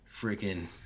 freaking